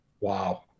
Wow